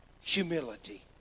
humility